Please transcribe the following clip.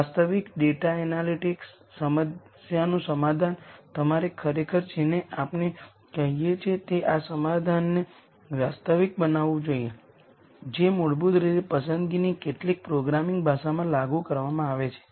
વાસ્તવિક data analytics સમસ્યાનું સમાધાન તમારે ખરેખર જેને આપણે કહીએ છીએ તે આ સમાધાનને વાસ્તવિક બનાવવું જોઈએ જે મૂળભૂત રીતે પસંદગીની કેટલીક પ્રોગ્રામિંગ ભાષામાં લાગુ કરવામાં આવે છે